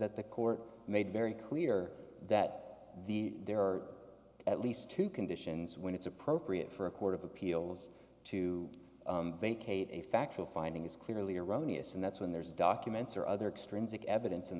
that the court made very clear that the there are at least two conditions when it's appropriate for a court of appeals to vacate a factual finding is clearly erroneous and that's when there's documents or other extrinsic evidence